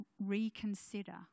reconsider